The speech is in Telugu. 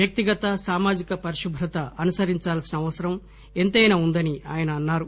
వ్యక్తిగత సామాజిక పరిశుభ్రత అనుసరించాల్సిన అవసరం ఎంతైనా ఉందని ఆయన అన్నారు